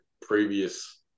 previous